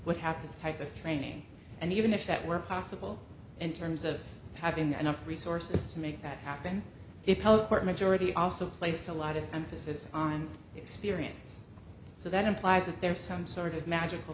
what happens type of training and even if that were possible in terms of have enough resources to make that happen majority also placed a lot of emphasis on experience so that implies that there is some sort of magical